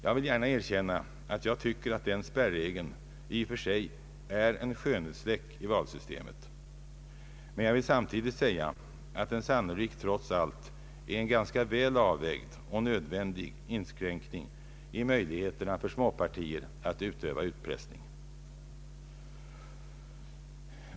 Jag vill gärna erkänna att jag tycker att den spärregeln i och för sig är en skönhetsfläck i valsystemet, men jag vill samtidigt säga att den sannolikt, trots allt, är en ganska väl avvägd och nödvändig inskränkning i möjligheterna för småpartier att utöva politisk utpressning.